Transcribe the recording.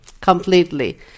Completely